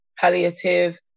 palliative